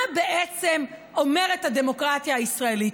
מה בעצם אומרת הדמוקרטיה הישראלית?